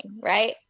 right